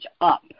up